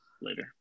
Later